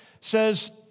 says